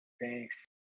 Thanks